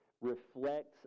reflects